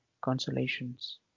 consolations